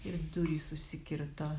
ir durys užsikirto